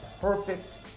perfect